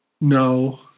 no